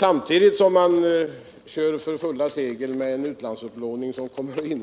Samtidigt kör man för fulla segel med en utlandsupplåning som